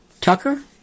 Tucker